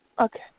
Okay